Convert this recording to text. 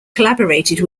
collaborated